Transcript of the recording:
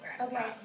okay